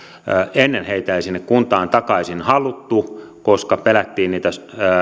ennen heitä ei sinne kuntaan takaisin haluttu koska pelättiin niitä